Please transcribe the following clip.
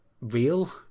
real